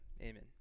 Amen